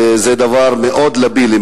זה דבר מאוד לבילי,